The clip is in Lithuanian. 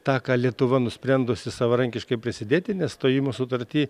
tą ką lietuva nusprendusi savarankiškai prisidėti nes stojimo sutarty